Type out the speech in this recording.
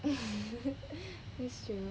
that's true